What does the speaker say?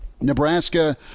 Nebraska